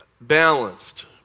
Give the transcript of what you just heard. Balanced